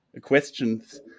questions